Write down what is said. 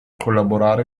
collaborare